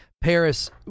Paris